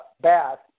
bath